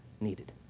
needed